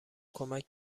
کمک